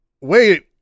Wait